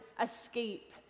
escape